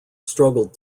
struggled